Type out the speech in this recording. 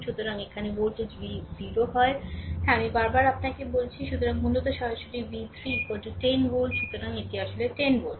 সুতরাং এখানে voltage v 0 হয় 0 হ্যাঁ বার বার আমি আপনাকে বলেছি সুতরাং মূলত সরাসরি v 3 10 ভোল্ট সুতরাং এটি আসলে 10 ভোল্ট